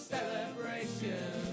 Celebration